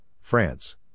France